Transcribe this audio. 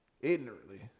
ignorantly